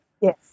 Yes